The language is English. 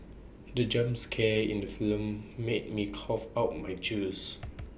the jump scare in the film made me cough out my juice